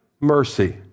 Mercy